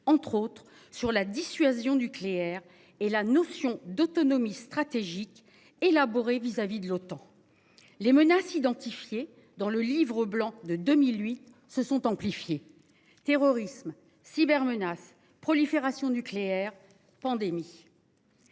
entre autres sur la dissuasion nucléaire et la notion d'autonomie stratégique élaboré vis-à-vis de l'OTAN. Les menaces identifiées dans le livre blanc de 2008 se sont amplifiées terrorisme cybermenaces prolifération nucléaire pandémie.